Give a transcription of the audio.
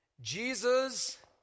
Jesus